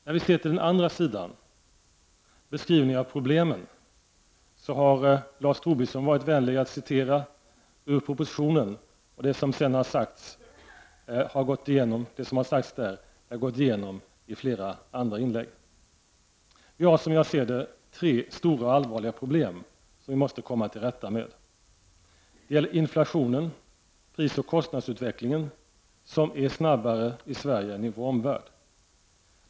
När vi ser till den andra sidan, beskrivningen av problemen, har Lars Tobisson varit vänlig att citera ur propositionen. Det som har sagts där har gått igenom i flera andra inlägg. Vi har, som jag ser det, tre stora och allvarliga problem, som vi måste komma till rätta med. Det gäller, för det första, inflationen, prisoch kostnadsutvecklingen, som är snabbare i Sverige än i vår omvärld.